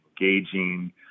engaging